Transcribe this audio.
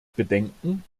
bedenken